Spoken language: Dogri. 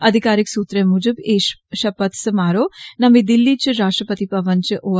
अधिकारिक सूत्रें मुजब एह सगंध समारोह नमीं दिल्ली च राश्ट्रपति भवन च होया